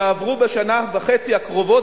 יעברו בשנה וחצי הקרובות,